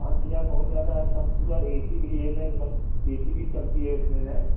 पाँच हज़ार बहुत ज़्यादा है सब पूरा ए सी भी है ना ए सी भी चलती है उसमें ने